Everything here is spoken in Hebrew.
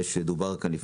דובר כאן על